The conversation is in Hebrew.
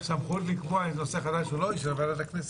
שהסמכות לקבוע אם זה נושא חדש או לא היא של ועדת הכנסת.